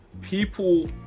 people